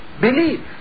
Believe